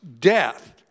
death